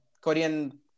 Korean